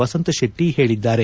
ವಸಂತ್ ಶೆಟ್ಟಿ ಹೇಳಿದ್ದಾರೆ